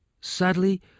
Sadly